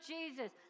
Jesus